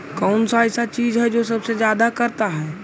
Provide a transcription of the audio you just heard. कौन सा ऐसा चीज है जो सबसे ज्यादा करता है?